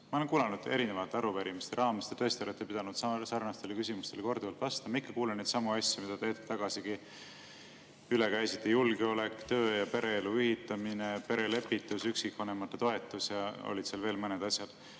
Ma olen kuulanud teid erinevate arupärimiste raames, te tõesti olete pidanud sarnastele küsimustele korduvalt vastama. Ikka kuulen neidsamu asju, mille te hetk tagasigi üle käisite: julgeolek, töö- ja pereelu ühitamine, perelepitus, üksikvanemate toetus ja olid seal veel mõned asjad.